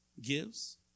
gives